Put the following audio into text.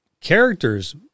characters